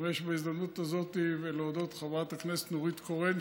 להשתמש בהזדמנות הזאת להודות לחברת הכנסת נורית קורן,